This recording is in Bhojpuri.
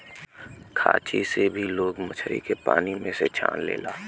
खांची से भी लोग मछरी के पानी में से छान लेला